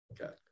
okay